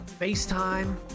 FaceTime